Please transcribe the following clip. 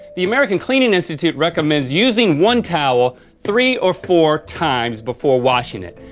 the american cleaning institute recommends using one towel three or four times before washing it.